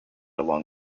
along